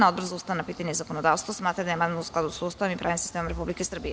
Odbor za ustavna pitanja i zakonodavstvo smatra da je amandman u skladu sa Ustavom i pravnim sistemom Republike Srbije.